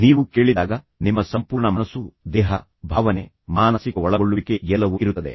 ನೀವು ಕೇಳಿದಾಗ ನಿಮ್ಮ ಸಂಪೂರ್ಣ ಮನಸ್ಸು ದೇಹ ಭಾವನೆ ಮಾನಸಿಕ ಒಳಗೊಳ್ಳುವಿಕೆ ಎಲ್ಲವೂ ಇರುತ್ತದೆ